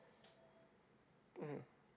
mmhmm